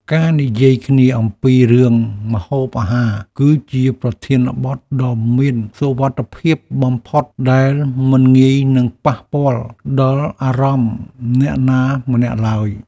ការនិយាយគ្នាអំពីរឿងម្ហូបអាហារគឺជាប្រធានបទដ៏មានសុវត្ថិភាពបំផុតដែលមិនងាយនឹងប៉ះពាល់ដល់អារម្មណ៍អ្នកណាម្នាក់ឡើយ។